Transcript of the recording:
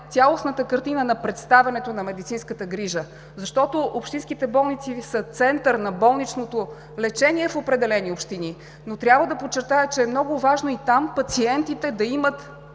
цялостна картина на представянето на медицинската грижа, защото общинските болници са център на болничното лечение в определени общини, но трябва да подчертая, че е много важно и там пациентите да имат